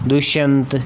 Dushyant